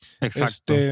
Exacto